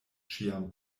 ĉiam